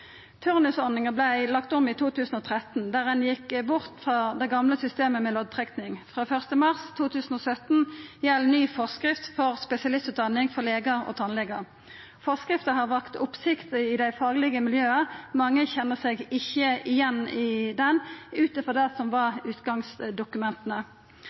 Turnusordninga vart lagd om i 2013, der ein gjekk bort ifrå det gamle systemet med loddtrekking. Frå 1. mars 2017 gjeld ny forskrift for spesialistutdanning for legar og tannlegar. Forskrifta har vekt oppsikt i dei faglege miljøa. Mange kjenner seg ikkje igjen i henne utifrå det som